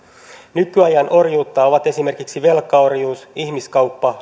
nykyajan orjuutta ovat esimerkiksi velkaorjuus ihmiskauppa